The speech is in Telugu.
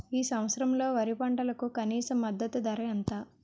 ఈ సంవత్సరంలో వరి పంటకు కనీస మద్దతు ధర ఎంత?